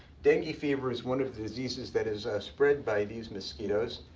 dengue fever is one of the diseases that is spread by these mosquitoes.